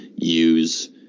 Use